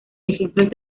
ejemplos